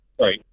Right